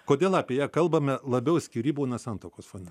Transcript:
kodėl apie ją kalbame labiau skyrybų ne santuokos fone